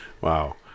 Wow